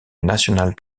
national